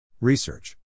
Research